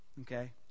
Okay